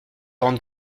rendre